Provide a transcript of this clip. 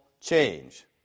change